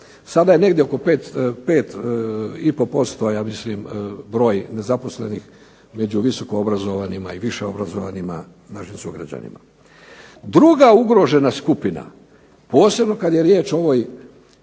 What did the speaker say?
Sada je negdje 5,5% ja mislim broj nezaposlenih među visoko obrazovanima i niže obrazovanima našim sugrađanima. Druga ugrožena skupina posebno kada je riječ o ovoj